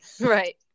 Right